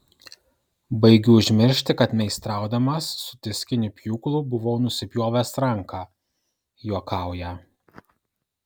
baigiu užmiršti kad meistraudamas su diskiniu pjūklu buvau nusipjovęs ranką juokauja